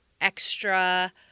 extra